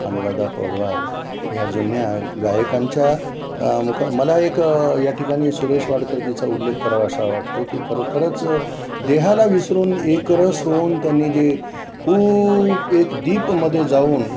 अनुराधा पौडवाल ह्या जुन्या गायकांच्या मुख मला एक या ठिकाणी सुरेश वाडकरजीचा उल्लेख करावासा वाटतो की खरोखरच देहाला विसरून एकरस होऊन त्यांनी जे खूप एक डीपमध्ये जाऊन